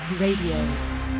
Radio